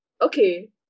Okay